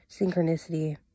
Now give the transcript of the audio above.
synchronicity